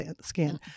skin